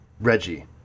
Reggie